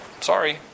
sorry